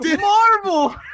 Marvel